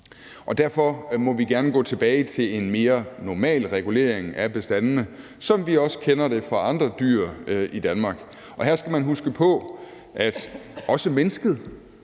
og derfor må vi gerne gå tilbage til en mere normal regulering af bestandene, som vi også kender det fra andre dyr i Danmark. Her skal man jo også huske på, at også mennesket